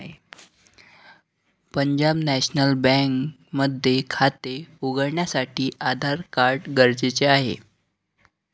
Punjab national bank मध्ये खाते उघडण्यासाठी आधार कार्ड गरजेचे आहे